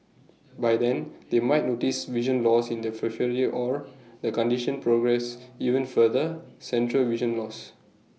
by then they might notice vision loss in the periphery or the condition progresses even further central vision loss